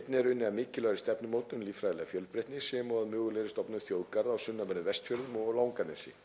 Einnig er unnið að mikilvægri stefnumótun um líffræðilega fjölbreytni sem og að mögulegri stofnun þjóðgarða á sunnanverðum Vestfjörðum og á Langanesi.